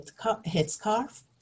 headscarf